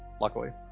Luckily